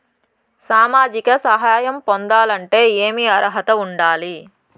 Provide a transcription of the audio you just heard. సామాజిక సహాయం పొందాలంటే ఏమి అర్హత ఉండాలి?